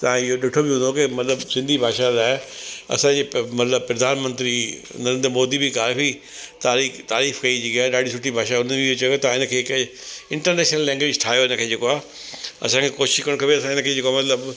तव्हां इयो ॾिठो बि हूंदो के मतिलबु सिंधी भाषा लाइ असांजे प मतिलबु प्रधान मंत्री नरेंद्र मोदी बि काफ़ी तारीक तारीफ़ कई जेका इए ॾाढी सुठी भाषा हुई हुन बि हे चयो के करे इंटरनेशनल लैंगवेज ठाहियो इनखे जेको आहे असांखे कोशिशि करणु खपे असां इनखे जेको मतिलबु